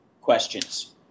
questions